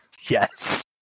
Yes